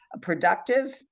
productive